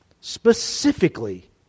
specifically